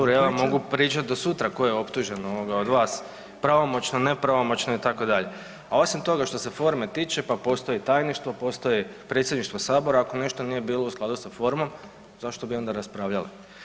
Pa dobro ja vam mogu pričati do sutra tko je optužen ovoga od vas pravomoćno, nepravomoćno itd., a osim toga što se forme tiče, pa postoji Tajništvo, postoji predsjedništvo sabora ako nešto nije bilo u skladu sa formom zašto bi onda raspravljali?